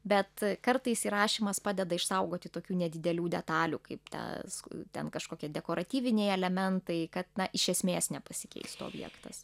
bet kartais įrašymas padeda išsaugoti tokių nedidelių detalių kaip tas ten kažkokie dekoratyviniai elementai kad na iš esmės nepasikeistų objektas